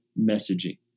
messaging